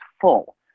full